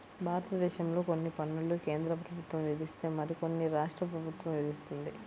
భారతదేశంలో కొన్ని పన్నులు కేంద్ర ప్రభుత్వం విధిస్తే మరికొన్ని రాష్ట్ర ప్రభుత్వం విధిస్తుంది